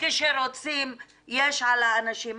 כשרוצים יש על האנשים.